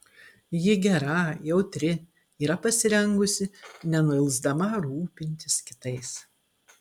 ji gera jautri yra pasirengusi nenuilsdama rūpintis kitais